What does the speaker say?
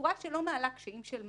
בצורה שלא מעלה קשיים של ממש.